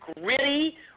gritty